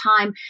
time